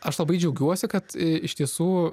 aš labai džiaugiuosi kad iš tiesų